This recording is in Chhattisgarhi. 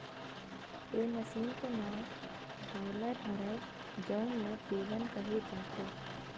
ए मसीन के नांव रोलर हरय जउन ल बेलन केहे जाथे